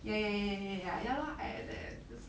ya ya ya ya ya ya lor 就是